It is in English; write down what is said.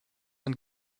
and